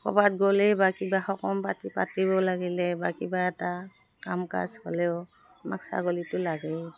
ক'বাত গ'লেই বা কিবা সকাম পাতি পাতিব লাগিলে বা কিবা এটা কাম কাজ হ'লেও আমাক ছাগলীটো লাগেই